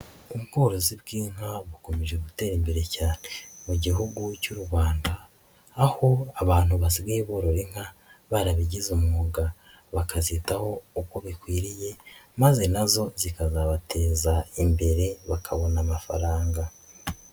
Ubworozi bw'inka bukomeje gutera imbere mu gihugu cy'u Rwanda, aho abantu basigaye boroye inka barabigize umwuga, bakazitaho uko bikwiriye maze nazo zikazabateza imbere bakabona amafaranga.